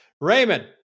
Raymond